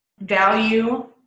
value